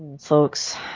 Folks